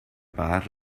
pagar